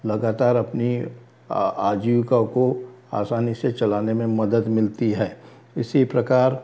लगातार अपनी आजीविका को आसानी से चलाने में मदद मिलती है इसी प्रकार